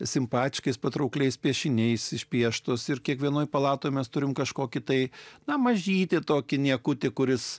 simpatiškais patraukliais piešiniais išpieštos ir kiekvienoje palatoje mes turime kažkokį tai na mažytį tokį niekutį kuris